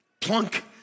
Plunk